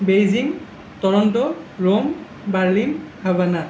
Beijing Toronto Rome Berlin havana